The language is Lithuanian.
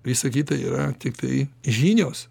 visa kita yra tiktai žinios